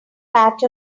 patch